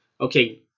Okay